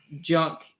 junk